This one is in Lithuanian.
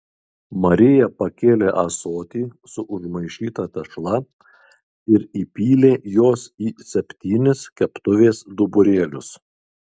marija pakėlė ąsotį su užmaišyta tešla ir įpylė jos į septynis keptuvės duburėlius